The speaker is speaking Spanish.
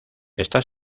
está